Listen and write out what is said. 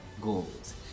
goals